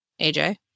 AJ